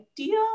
idea